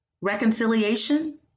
Reconciliation